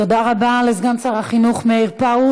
תודה רבה לסגן שר החינוך מאיר פרוש.